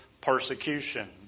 persecution